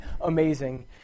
amazing